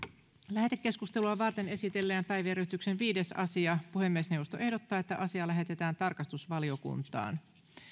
lähetekeskustelua varten esitellään päiväjärjestyksen viides asia puhemiesneuvosto ehdottaa että asia lähetetään tarkastusvaliokuntaan